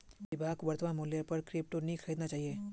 विभाक वर्तमान मूल्येर पर क्रिप्टो नी खरीदना चाहिए